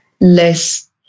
less